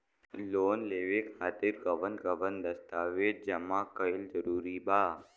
Loan लेवे खातिर कवन कवन दस्तावेज जमा कइल जरूरी बा?